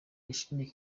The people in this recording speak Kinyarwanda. yashimiye